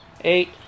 Eight